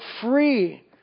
free